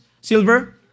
Silver